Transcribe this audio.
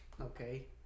Okay